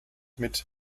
mit